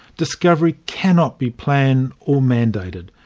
discovery cannot be planned or mandated.